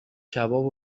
کباب